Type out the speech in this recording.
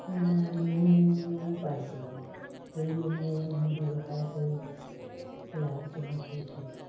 R লোনো পাইছিলোঁ সেই লোনেৰে মই ব্যৱসায় কৰি লাভজনক হৈছোঁ